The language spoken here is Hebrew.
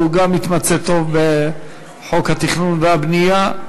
הוא גם מתמצא טוב בחוק התכנון והבנייה.